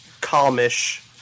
calm-ish